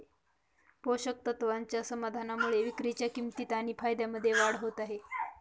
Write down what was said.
पोषक तत्वाच्या समाधानामुळे विक्रीच्या किंमतीत आणि फायद्यामध्ये वाढ होत आहे